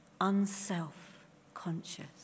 unself-conscious